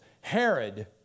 Herod